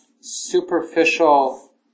superficial